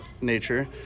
nature